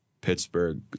Pittsburgh